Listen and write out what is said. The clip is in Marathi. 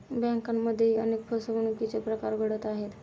बँकांमध्येही अनेक फसवणुकीचे प्रकार घडत आहेत